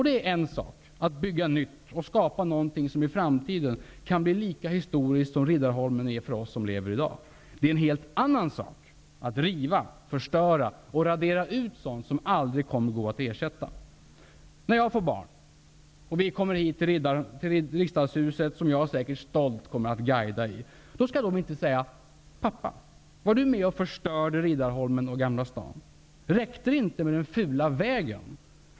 Det är en sak att bygga nytt och skapa någonting som i framtiden kan bli lika historiskt som Riddarholmen är för oss som lever i dag. Det är en helt annan sak att riva, förstöra och radera ut sådant som aldrig kommer att kunna ersättas. När jag får barn, och vi kommer hit till Riksdagshuset, som jag säkert stolt kommer att guida i, då skall de inte säga: Pappa, var du med och förstörde Riddarholmen och Gamla stan? Räckte det inte med den fula vägen?